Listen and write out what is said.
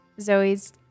Zoe's